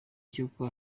cy’uko